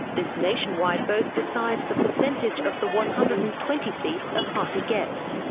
this nationwide vote decides the percentage of the one hundred and twenty seats a party gets.